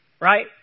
right